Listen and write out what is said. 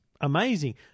amazing